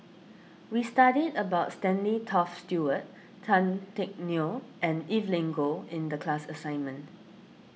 we studied about Stanley Toft Stewart Tan Teck Neo and Evelyn Goh in the class assignment